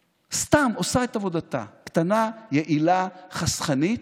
סתם, עושה את עבודתה, קטנה, יעילה, חסכנית,